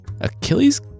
Achilles